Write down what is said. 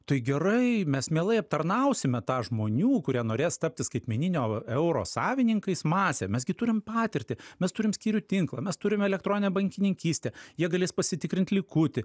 tai gerai mes mielai aptarnausime tą žmonių kurie norės tapti skaitmeninio euro savininkais masę mes gi turim patirtį mes turim skyrių tinklą mes turim elektroninę bankininkystę jie galės pasitikrint likutį